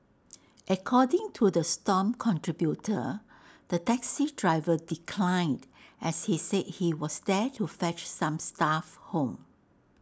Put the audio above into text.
according to the stomp contributor the taxi driver declined as he said he was there to fetch some staff home